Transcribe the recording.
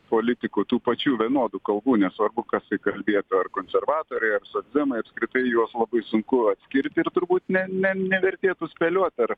politikų tų pačių vienodų kalbų nesvarbu kas tai kalbėtų ar konservatoriai ar socdemai apskritai juos labai sunku atskirti ir turbūt ne ne nevertėtų spėliot ar